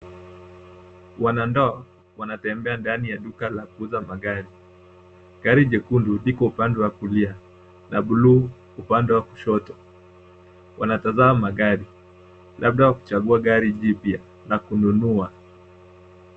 Wanandoa wanatembea ndani ya duka la kuuza magari. Gari jekundu liko upande wa kulia na buluu upande wa kushoto. Wanatazama gari labda wanachagua gari lipya la kununua.